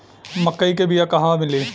मक्कई के बिया क़हवा मिली?